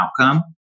outcome